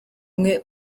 umwe